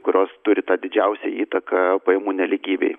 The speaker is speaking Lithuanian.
kurios turi tą didžiausią įtaką pajamų nelygybei